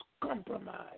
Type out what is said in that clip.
compromise